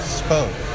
spoke